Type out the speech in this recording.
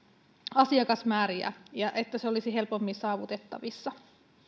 asiakasmääriä ja että se olisi helpommin saavutettavissa